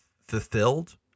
fulfilled—